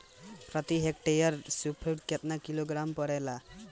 प्रति हेक्टेयर स्फूर केतना किलोग्राम परेला?